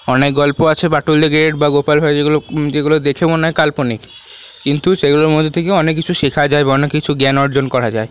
অনেক গল্প আছে বাঁটুল দি গ্রেট বা গোপাল ভাঁড় যেগুলো যেগুলো দেখে মনে হয় কাল্পনিক কিন্তু সেগুলোর মধ্যে থেকে অনেক কিছু শেখা যায় বা অনেক কিছু জ্ঞান অর্জন করা যায়